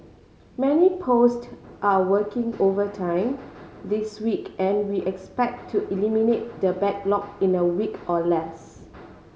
many post are working overtime this week and we expect to eliminate the backlog in a week or less